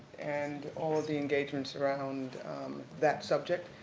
and all the engagements around that subject.